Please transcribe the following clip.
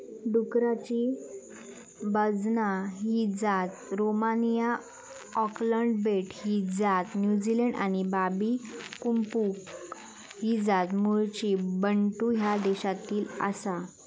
डुकराची बाजना ही जात रोमानिया, ऑकलंड बेट ही जात न्युझीलंड आणि बाबी कंपुंग ही जात मूळची बंटू ह्या देशातली आसा